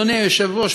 אדוני היושב-ראש,